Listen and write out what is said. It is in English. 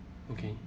okay